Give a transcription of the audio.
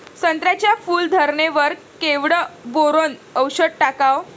संत्र्याच्या फूल धरणे वर केवढं बोरोंन औषध टाकावं?